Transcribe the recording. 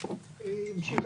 היא לא